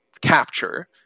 capture